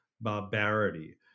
barbarity